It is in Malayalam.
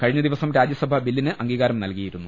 കഴിഞ്ഞ ദിവസം രാജ്യസഭ ബില്ലിന് അംഗീകാരം നൽകിയിരുന്നു